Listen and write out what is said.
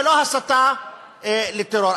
זו לא הסתה לטרור.